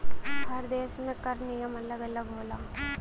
हर देस में कर नियम अलग अलग होला